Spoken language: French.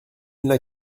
n’a